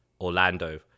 Orlando